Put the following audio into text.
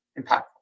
impactful